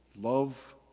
Love